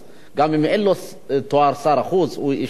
גם אם אין לו תואר שר החוץ, הוא איש משרד החוץ.